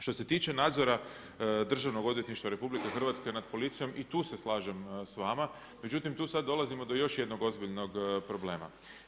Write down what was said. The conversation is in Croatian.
Što se tiče nadzora Državnog odvjetništva RH nad policijom, i tu se slažem s vama, međutim, tu sad dolazimo do još jednog ozbiljnog problema.